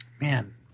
Man